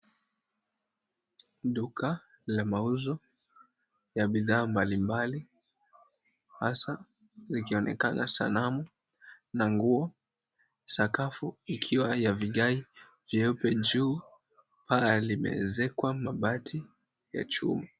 Duka la mauzo ya bidhaa mbali mbali hasa ikionekana sanamu na nguo, sakafu ikiwa ya vigae vyeupe, juu paa limeezekwa mabati ya chuma.